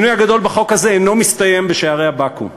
השינוי הגדול בחוק הזה אינו מסתיים בשערי הבקו"ם.